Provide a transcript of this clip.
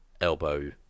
elbow